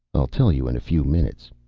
i'll tell you in a few minutes.